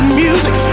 music